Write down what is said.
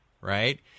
right